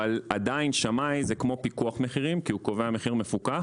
אבל עדיין שמאי זה כמו פיקוח מחירים כי הוא קובע מחיר מפוקח.